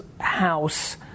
house